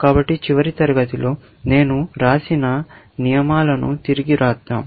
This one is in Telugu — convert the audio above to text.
కాబట్టి చివరి తరగతిలో నేను రాసిన నియమాల ను తిరిగి వ్రాద్దాం